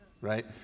right